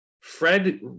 Fred